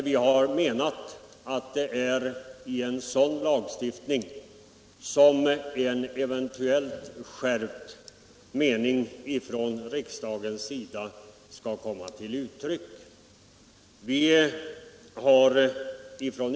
Vi har menat att det är i en sådan lagstiftning som en eventuellt skärpt mening från riksdagens sida skall komma till uttryck.